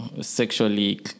sexually